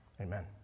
Amen